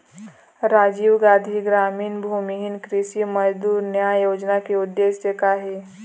राजीव गांधी गरामीन भूमिहीन कृषि मजदूर न्याय योजना के उद्देश्य का हे?